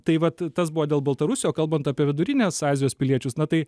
tai vat tas buvo dėl baltarusių o kalbant apie vidurinės azijos piliečius na tai